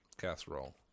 casserole